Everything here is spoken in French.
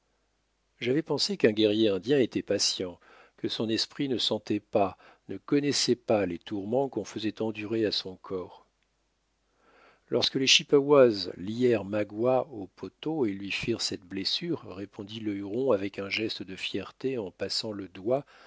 j'avais pensé qu'un guerrier indien était patient que son esprit ne sentait pas ne connaissait pas les tourments qu'on faisait endurer à son corps lorsque les chippewas lièrent magua au poteau et lui firent cette blessure répondit le huron avec un geste de fierté en passant le doigt